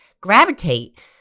gravitate